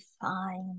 fine